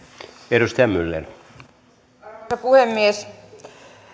arvoisa puhemies